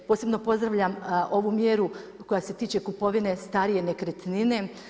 Posebno pozdravljam ovu mjeru koja se tiče kupovine starije nekretnine.